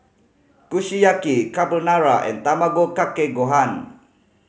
Kushiyaki Carbonara and Tamago Kake Gohan